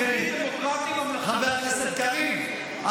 חבר הכנסת גלעד קריב.